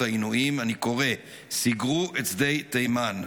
העינויים אני קורא: סגרו את שדה תימן.